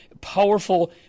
powerful